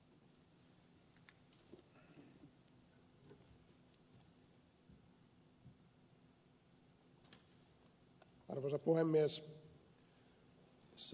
arvoisa puhemies